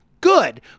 good